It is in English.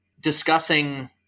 discussing